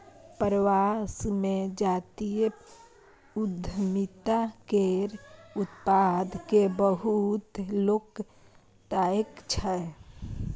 प्रवास मे जातीय उद्यमिता केर उत्पाद केँ बहुत लोक ताकय छै